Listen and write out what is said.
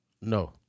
no